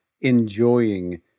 enjoying